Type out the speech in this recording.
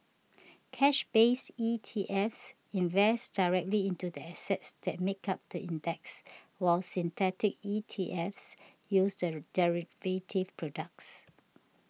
cash based ETFs invest directly into the assets that make up the index while synthetic ETFs use the day derivative products